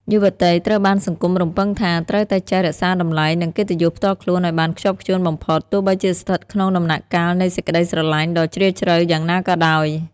យុវតីត្រូវបានសង្គមរំពឹងថា ត្រូវតែចេះរក្សាតម្លៃ និងកិត្តិយសផ្ទាល់ខ្លួនឱ្យបានខ្ជាប់ខ្ជួនបំផុត ទោះបីជាស្ថិតក្នុងដំណាក់កាលនៃសេចក្ដីស្រឡាញ់ដ៏ជ្រាលជ្រៅយ៉ាងណាក៏ដោយ។